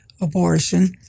abortion